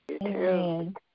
Amen